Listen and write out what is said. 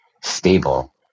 stable